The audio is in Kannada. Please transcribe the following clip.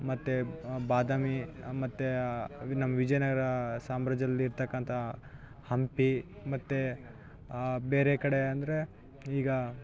ಮತ್ತು ಬಾದಾಮಿ ಮತ್ತು ವಿನ್ ನಮ್ಮ ವಿಜಯ ನಗರ ಸಾಮ್ರಾಜ್ಯಲ್ಲಿರ್ತಕ್ಕಂಥ ಹಂಪಿ ಮತ್ತು ಬೇರೆ ಕಡೆ ಅಂದರೆ ಈಗ